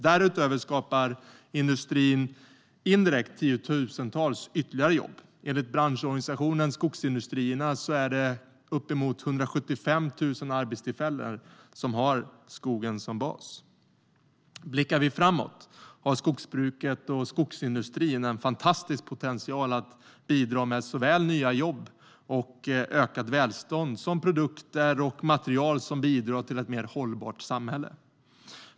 Därutöver skapar industrin indirekt tiotusentals ytterligare jobb. Enligt branschorganisationen Skogsindustrierna har uppemot 175 000 arbetstillfällen skogen som bas. Blickar vi framåt ser vi att skogsbruket och skogsindustrin har en fantastisk potential att bidra med såväl nya jobb och ökat välstånd som produkter och material som bidrar till ett mer hållbart samhälle.